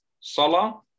Salah